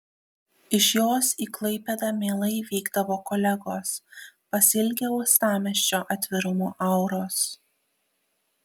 iš jos į klaipėdą mielai vykdavo kolegos pasiilgę uostamiesčio atvirumo auros